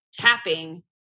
tapping